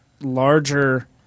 larger